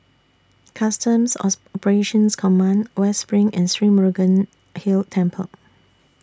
Customs Command West SPRING and Sri Murugan Hill Temple